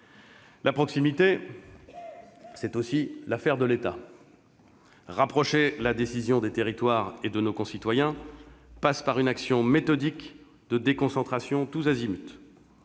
La proximité, c'est aussi l'affaire de l'État. Rapprocher la décision des territoires et de nos concitoyens passe par une action méthodique de déconcentration tous azimuts